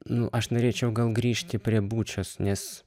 nu aš norėčiau gal grįžti prie bučios nes